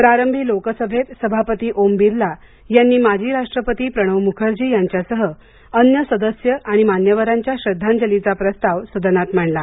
प्रारंभी लोकसभेत सभापती ओम बिर्ला यांनी माजी राष्ट्रपती प्रणव मुखर्जी यांच्यासह अन्य सदय आणि मान्यवरांच्या श्रद्धांजलीचा प्रस्ताव सदनात मांडला